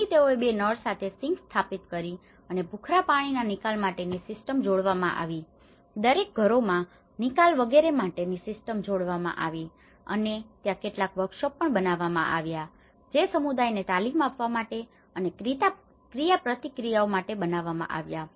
અહીં તેઓએ બે નળ સાથે સિંક સ્થાપિત કરી અને ભૂખરા પાણીના નિકાલ માટેની સીસ્ટમ જોડવામાં આવી દરેક ઘરોમાં નિકાલ વગેરે માટેની સીસ્ટમ જોડવામાં આવી અને ત્યાં કેટલાક વર્કશોપ પણ બનાવવામાં આવ્યા જે સમુદાયને તાલીમ આપવા માટે અને ક્રિયાપ્રતિક્રિયાઓ માટે બનાવવામાં આવ્યા